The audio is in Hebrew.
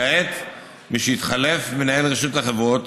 כעת, משהתחלף מנהל רשות החברות